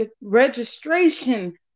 registration